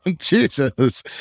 Jesus